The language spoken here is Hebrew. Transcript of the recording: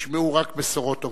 ישמעו רק בשורות טובות.